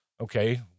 okay